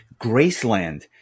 Graceland